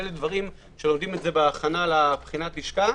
שאלה דברים שלומדים בהכנה לבחינות הלשכה.